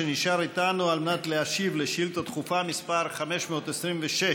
שנשאר איתנו על מנת להשיב על שאילתה דחופה מס' 526,